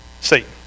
Satan